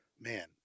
Man